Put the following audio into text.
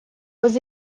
was